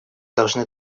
должны